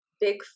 big